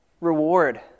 reward